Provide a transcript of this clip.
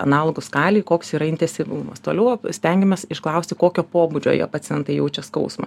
analogų skalėj koks yra intesyvumas toliau stengiamės išklausti kokio pobūdžio jie pacientai jaučia skausmą